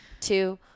two